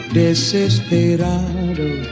desesperado